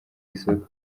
isoko